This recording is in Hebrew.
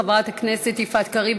חברת הכנסת יפעת קריב,